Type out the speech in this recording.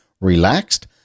relaxed